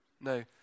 No